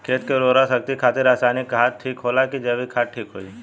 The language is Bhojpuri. खेत के उरवरा शक्ति खातिर रसायानिक खाद ठीक होला कि जैविक़ ठीक होई?